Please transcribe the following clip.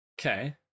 Okay